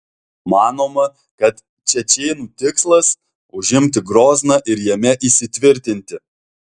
manoma kad čečėnų tikslas užimti grozną ir jame įsitvirtinti